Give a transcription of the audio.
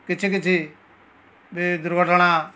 କିଛି କିଛି ବି ଦୁର୍ଘଟଣା